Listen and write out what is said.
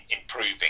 improving